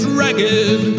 ragged